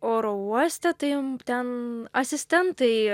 oro uoste tai ten asistentai